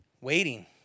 Waiting